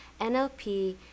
NLP